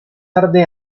tarde